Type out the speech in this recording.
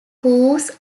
hooves